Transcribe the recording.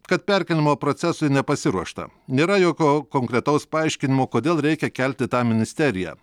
kad perkėlimo procesui nepasiruošta nėra jokio konkretaus paaiškinimo kodėl reikia kelti tą ministeriją